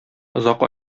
озак